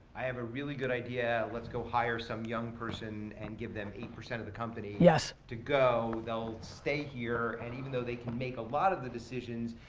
i have a really good idea, let's go hire some young person and give them eight percent of the company to go, they'll stay here and even though they can make a lot of the decisions,